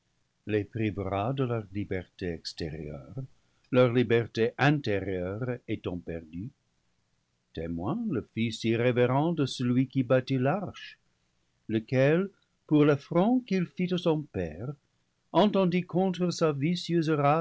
les pri vera de leur liberté extérieure leur liberté intérieure étant perdue témoin le fils irrévérent de celui qui bâtit l'arche lequel pour l'affront qu'il fit à son père entendit contre sa